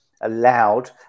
allowed